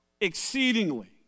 exceedingly